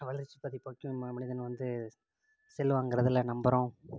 வளர்ச்சி மனிதன் வந்து செல் வாங்குறதில்ல நம்பரும்